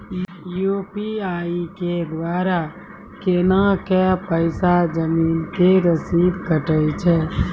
UPI के द्वारा केना कऽ पैसा जमीन के रसीद कटैय छै?